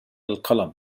القلم